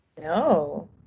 No